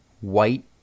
white